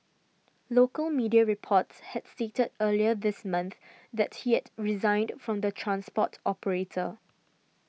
local media reports had stated earlier this month that he had resigned from the transport operator